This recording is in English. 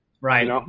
Right